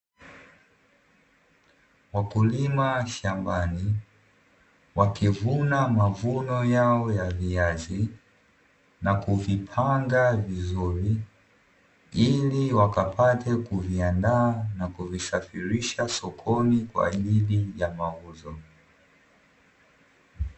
Wakulima shambani wakivuna mavuno yao ya viazi, na kuvipanga vizuri. Ili wakapate kuviandaa na kuvisafirisha sokoni kwa ajili ya mauzo.